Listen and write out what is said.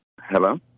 Hello